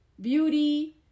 beauty